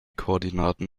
koordinaten